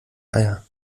eier